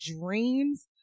dreams